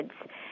Kids